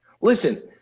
Listen